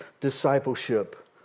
discipleship